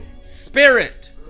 spirit